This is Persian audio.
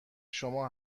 شما